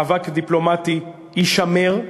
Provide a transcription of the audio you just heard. מאבק דיפלומטי יישמר,